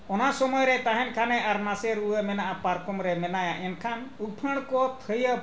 ᱚᱱᱟ ᱥᱳᱢᱳᱭ ᱨᱮ ᱛᱟᱦᱮᱱ ᱠᱷᱟᱱᱮ ᱟᱨ ᱱᱟᱥᱮ ᱨᱩᱣᱟᱹ ᱢᱮᱱᱟᱜᱼᱟ ᱯᱟᱨᱠᱚᱢ ᱨᱮ ᱢᱮᱱᱟᱭᱟ ᱮᱱᱠᱷᱟᱱ ᱩᱯᱷᱟᱹᱲ ᱠᱚ ᱛᱷᱟᱹᱭᱟᱹ